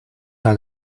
how